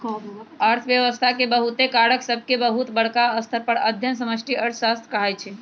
अर्थव्यवस्था के बहुते कारक सभके बहुत बरका स्तर पर अध्ययन समष्टि अर्थशास्त्र कहाइ छै